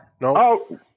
No